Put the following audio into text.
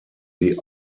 die